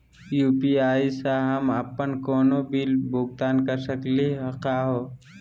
UPI स हम अप्पन कोनो भी बिल भुगतान कर सकली का हे?